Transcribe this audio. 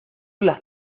las